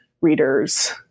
readers